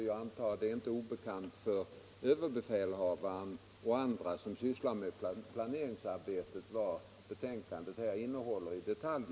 Jag antar att det inte är obekant för överbefälhavaren och för andra som sysslar med planeringsarbetet vad betänkandet innehåller i detalj.